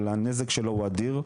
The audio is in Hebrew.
אבל הנזק שלו הוא אדיר,